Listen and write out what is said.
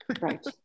Right